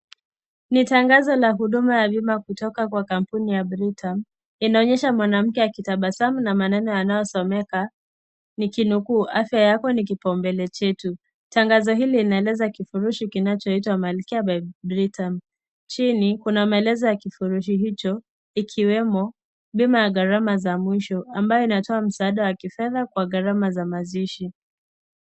Ni tangazo la huduma ya bima kutoka kwa kampuni ya britam. Linaonyesha mwanamke akitabasamu na maneno yanayosomeka nikinukuu " Afya yako ni kipau mbele chetu". Tangazo hili linaeleza kifurushi kinachoitwa malkia by Britam . Chini kuna maelezo ya kifurushi hicho, ikiwemo bima ya gharama za mwisho, ambayo inatoa msaada wa kifedha kwa gharama za mazishi.